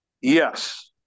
yes